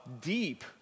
deep